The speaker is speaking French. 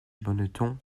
bonneton